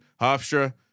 Hofstra